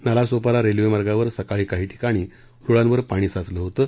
नालासोपारा रेल्वेमार्गावर सकाळी काही ठिकाणी रुळांवर पाणी साचलं होतं